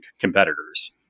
competitors